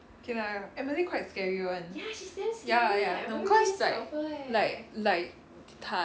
okay lah emily quite scary one ya ya no cause like like like 她